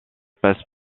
passe